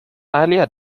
earlier